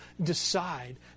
decide